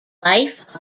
life